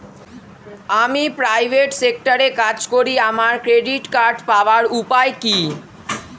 আমি প্রাইভেট সেক্টরে কাজ করি আমার ক্রেডিট কার্ড পাওয়ার উপায় কি?